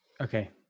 Okay